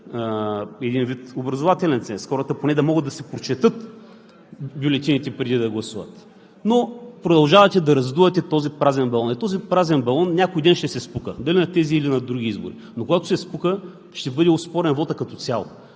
за образователен ценз – хората поне да могат да си прочетат бюлетините, преди да гласуват, и продължавате да раздувате този празен балон. Този празен балон някой ден ще се спука – дали на тези, или на други избори. Когато обаче се спука, ще бъде оспорен вотът като цяло.